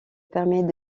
permet